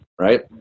Right